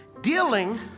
Dealing